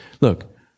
Look